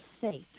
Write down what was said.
safe